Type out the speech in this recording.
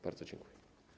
Bardzo dziękuję.